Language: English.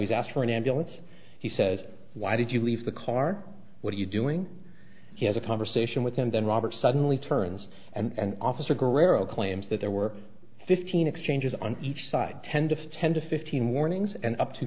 has asked for an ambulance he says why did you leave the car what are you doing he has a conversation with him then robert suddenly turns and officer guerrero claims that there were fifteen exchanges on each side tend of ten to fifteen warnings and up to